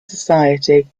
society